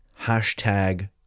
hashtag